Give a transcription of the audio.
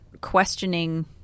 questioning